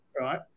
right